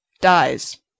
Dies